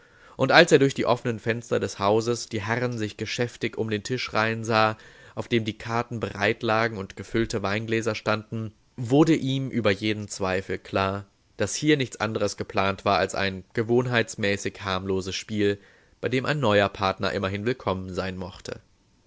und als er durch die offenen fenster des hauses die herren sich geschäftig um den tisch reihen sah auf dem die karten bereit lagen und gefüllte weingläser standen wurde ihm über jeden zweifel klar daß hier nichts anderes geplant war als ein gewohnheitsmäßig harmloses spiel bei dem ein neuer partner immerhin willkommen sein mochte